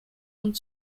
und